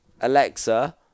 Alexa